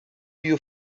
you